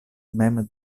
mem